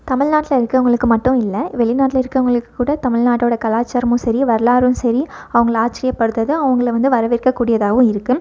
தமிழ்நாட்டில் இருக்கவங்களுக்கு மட்டும் இல்லை வெளிநாட்டில் இருக்கவங்களுக்கு கூட தமிழ்நாட்டோட கலாச்சாரமும் சரி வரலாறும் சரி அவங்கள ஆச்சிரியப்படுத்தது அவங்கள வந்து வரவேற்கக் கூடியதாகவும் இருக்கு